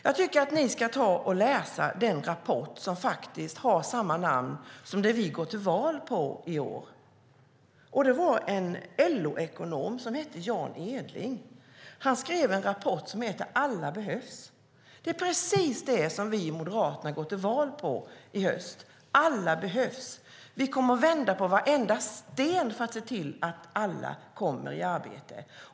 Jag tycker att ni ska läsa en rapport som har samma namn som det vi går till val på. En LO-ekonom som heter Jan Edling skrev en rapport som heter Alla behövs , och det är precis det som vi i Moderaterna går till val på i höst - alla behövs. Vi kommer att vända på varenda sten för att se till att alla kommer i arbete.